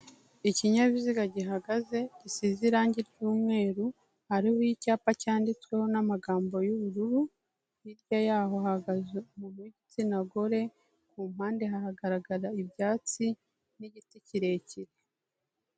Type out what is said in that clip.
Ikinyabiziga gihagaze gisize irangi ry'umweru, hariho icyapa cyanditsweho n'amagambo y'ubururu, hirya y'aho hahagaze umuntu w'igitsina gore, ku mpande haragaragara ibyatsi n'igiti kirekire.